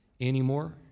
anymore